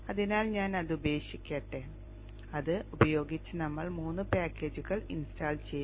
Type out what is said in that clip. അതിനാൽ ഞാൻ അത് ഉപേക്ഷിക്കട്ടെ ഇത് ഉപയോഗിച്ച് നമ്മൾ മൂന്ന് പാക്കേജുകൾ ഇൻസ്റ്റാൾ ചെയ്തു